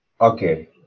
Okay